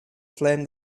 flame